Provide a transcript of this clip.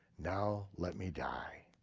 now let me die.